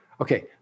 okay